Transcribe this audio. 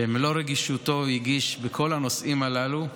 שאת מלוא רגישותו הגיש בכל הנושאים הללו,